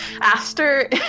Aster